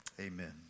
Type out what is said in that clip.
Amen